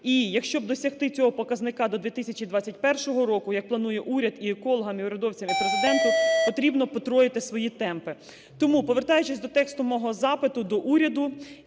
І, якщо досягти цього показника до 2021 року, як планує уряд, і екологам, і урядовцям, і Президенту потрібно потроїти свої темпи. Тому, повертаючись до тексту мого запиту до уряду